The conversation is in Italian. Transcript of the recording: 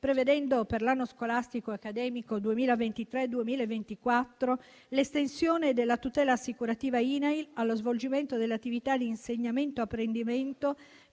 prevedendo per l'anno scolastico accademico 2023-2024 l'estensione della tutela assicurativa INAIL allo svolgimento delle attività d'insegnamento e apprendimento